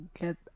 get